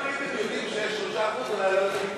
אבל אם הייתם יודעים שיש 3% אולי לא הייתם מתפצלים.